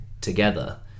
together